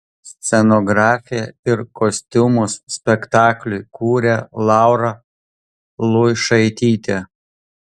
scenografiją ir kostiumus spektakliui kūrė laura luišaitytė